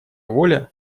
воля